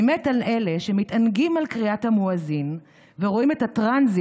// אני מת על אלה / שמתענגים על קריאת המואזין / ורואים את הטרנזיט